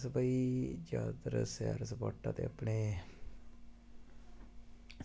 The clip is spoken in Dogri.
अस भाई सैर सपाटा ते जादैतर ते अपने